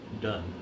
done